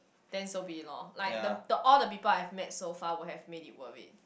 then so be it lor like the the all the people I've met so far would have made it worried